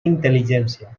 intel·ligència